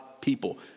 people